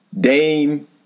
Dame